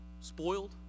spoiled